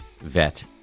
vet